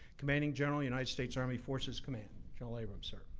commanding general, united states army forces command. general abrams, sir.